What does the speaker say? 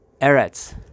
Eretz